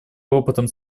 опытом